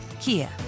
Kia